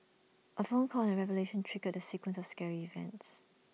A phone call and A revelation triggered the sequence of scary events